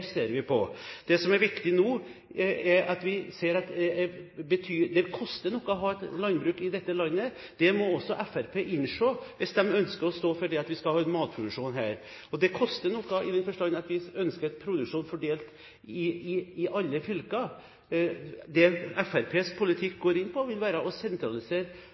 som er viktig nå, er at vi ser at det koster å ha et landbruk i dette landet. Det må også Fremskrittspartiet innse, hvis de ønsker å stå for at vi skal ha matvareproduksjon her. Det koster noe, i den forstand at vi ønsker en produksjon fordelt på alle fylker. Det Fremskrittspartiets politikk går ut på, vil være å sentralisere